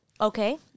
Okay